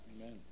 Amen